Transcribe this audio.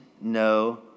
no